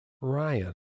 Ryan